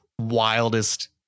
wildest